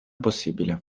possibile